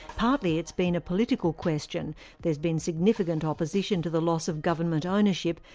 partly it's been a political question there's been significant opposition to the loss of government ownership,